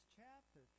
chapter